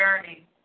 journey